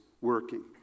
working